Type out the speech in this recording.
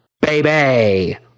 Baby